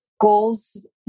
goals